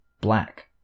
Black